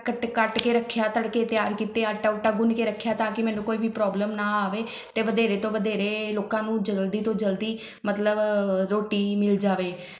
ਕੱਟ ਕੱਟ ਕੇ ਰੱਖਿਆ ਤੜਕੇ ਤਿਆਰ ਕੀਤੇ ਆਟਾ ਊਟਾ ਗੁੰਨ ਕੇ ਰੱਖਿਆ ਤਾਂ ਕਿ ਮੈਨੂੰ ਕੋਈ ਵੀ ਪ੍ਰੋਬਲਮ ਨਾ ਆਵੇ ਅਤੇ ਵਧੇਰੇ ਤੋਂ ਵਧੇਰੇ ਲੋਕਾਂ ਨੂੰ ਜਲਦੀ ਤੋਂ ਜਲਦੀ ਮਤਲਬ ਰੋਟੀ ਮਿਲ ਜਾਵੇ